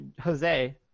Jose